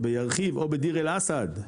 שבירחיב או בדיר אל אסד,